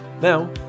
Now